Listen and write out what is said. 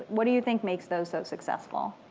what do you think makes those so successful?